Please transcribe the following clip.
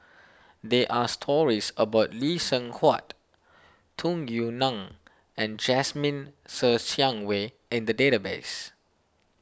there are stories about Lee Seng Huat Tung Yue Nang and Jasmine Ser Xiang Wei in the database